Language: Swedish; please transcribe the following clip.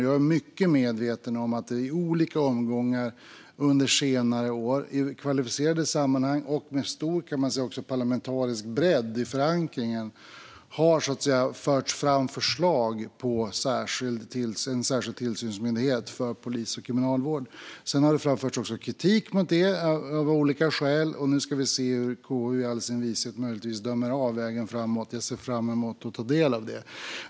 Jag är väl medveten om att det i olika omgångar under senare år i kvalificerade sammanhang och med stor parlamentarisk bredd i förankringen har förts fram förslag på en särskild tillsynsmyndighet för polis och kriminalvård. Det har också framförts kritik mot det av olika skäl. Nu ska vi se hur KU i all sin vishet möjligtvis dömer av vägen framåt. Jag ser fram emot att ta del av det.